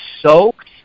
soaked